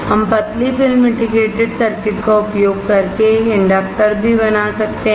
हम पतली film integrated circuit का उपयोग करके एक इंडक्टर भी बना सकते हैं